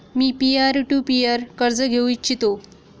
me peer to peer कर्ज घेऊ इच्छितो